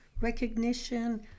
recognition